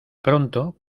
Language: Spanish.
pronto